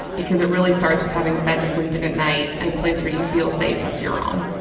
because it really starts with having a bed to sleep in at night and a place where you feel safe, that's your own.